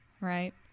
right